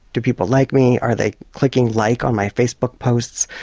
do people like me, are they clicking like on my facebook posts,